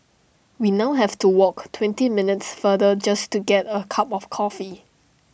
we now have to walk twenty minutes farther just to get A cup of coffee